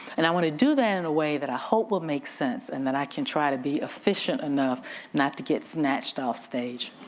and i wanna do that in a way that i hope will make sense and then i can try to be efficient enough not to get snatched off stage.